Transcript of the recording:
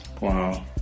Wow